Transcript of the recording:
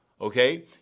Okay